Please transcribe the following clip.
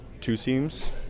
two-seams